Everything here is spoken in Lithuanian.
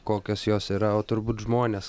kokios jos yra o turbūt žmonės